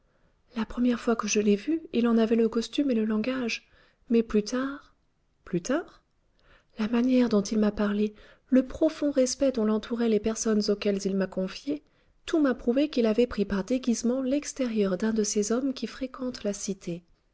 la première fois que je l'ai vu il en avait le costume et le langage mais plus tard plus tard la manière dont il m'a parlé le profond respect dont l'entouraient les personnes auxquelles il m'a confiée tout m'a prouvé qu'il avait pris par déguisement l'extérieur d'un de ces hommes qui fréquentent la cité